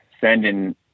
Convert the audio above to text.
sending